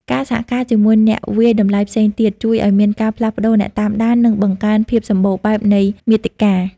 ការសហការជាមួយអ្នកវាយតម្លៃផ្សេងទៀត ជួយឱ្យមានការផ្លាស់ប្តូរអ្នកតាមដាន និងបង្កើនភាពសម្បូរបែបនៃមាតិកា។